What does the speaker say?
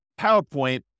PowerPoint